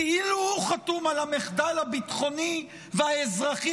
כאילו הוא חתום על המחדל הביטחוני והאזרחי